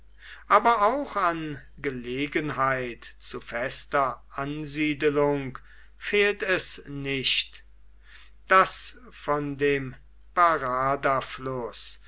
aber auch an gelegenheit zu fester ansiedelung fehlt es nicht das von dem